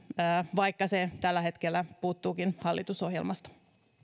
vaikka se tällä hetkellä puuttuukin hallitusohjelmasta